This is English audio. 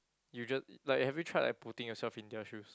you just uh like have you tried like putting yourself in their shoes